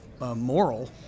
moral